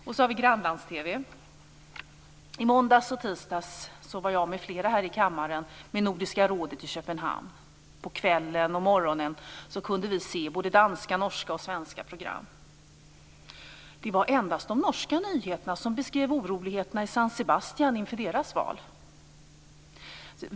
Vidare har vi grannlands-TV. I måndags och tisdags var jag m.fl. i denna kammare med Nordiska rådet i Köpenhamn. På kvällen och på morgonen kunde vi se danska, norska och svenska program. Det var endast de norska nyheterna som beskrev oroligheterna i San Sebastian inför deras val.